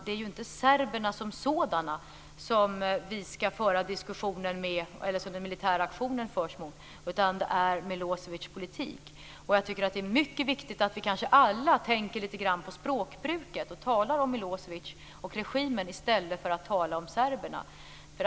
Det är ju inte serberna som sådana som den militära aktionen genomförs mot utan Milosevics politik. Jag tycker att det är mycket viktigt att vi kanske alla tänker lite grann på språkbruket och talar om Milosevic och regimen i stället för att tala om serberna.